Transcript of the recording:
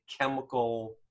chemical